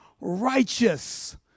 righteous